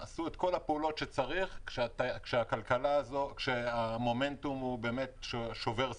עשו את כל הפעולות שצריך כשהמומנטום הוא באמת שובר שיאים.